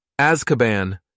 Azkaban